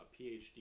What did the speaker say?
PhD